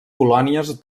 colònies